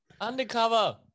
Undercover